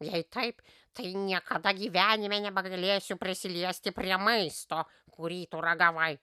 jei taip tai niekada gyvenime nebegalėsiu prisiliesti prie maisto kurį tu ragavai